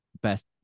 best